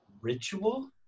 ritual